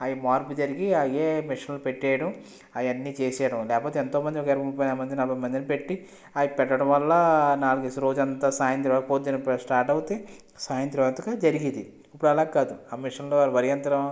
అవి మార్పులు జరిగి అయ్యే మెషిన్లు పెట్టేయడం అయన్ని చేసేయడం లేకపోతే ఎంతో మంది ఒక ఇరవై ముప్పై నలభై మందిని పెట్టి అవి పెట్టడం వాళ్ళ నాలుగేసి రోజంతా సాయంత్రం వరకు పొద్దున్న స్టార్ట్ అయితే సాయంత్రం వరకు జరిగేది ఇప్పుడు అలా కాదు ఆ మెషిన్లు వరి యంత్రం